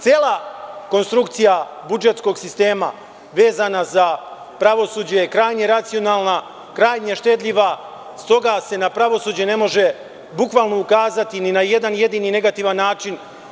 Cela konstrukcija budžetskog sistema vezana za pravosuđe je krajnje racionalna, krajnje štedljiva, stoga se na pravosuđe ne može bukvalno ukazati ni na jedan jedini negativan način.